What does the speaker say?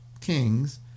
kings